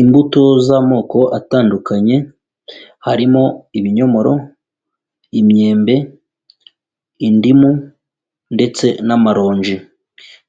Imbuto z'amoko atandukanye, harimo ibinyomoro, imyembe, indimu ndetse n'amaronji.